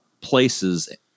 places